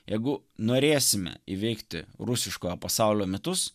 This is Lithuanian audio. jeigu norėsime įveikti rusiškojo pasaulio mitus